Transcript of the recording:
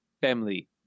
family